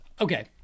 Okay